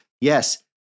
yes